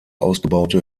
ausgebaute